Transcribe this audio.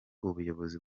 ubuyobozi